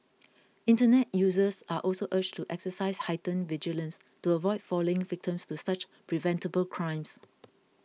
internet users are also urged to exercise heightened vigilance to avoid falling victims to such preventable crimes